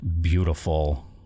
beautiful